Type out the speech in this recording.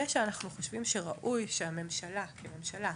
ושאנחנו חושבים שראוי שהממשלה כממשלה,